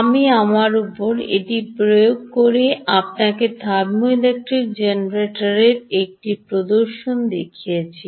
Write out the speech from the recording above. আমি আমার উপর এটি প্রয়োগ করে আপনাকে থার্মোইলেক্ট্রিক জেনারেটরের একটি প্রদর্শন দেখিয়েছি